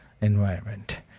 environment